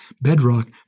bedrock